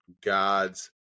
God's